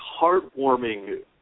heartwarming